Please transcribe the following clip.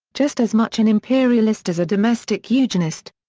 just as much an imperialist as a domestic eugenist.